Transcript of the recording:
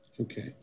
okay